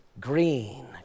green